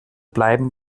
bleiben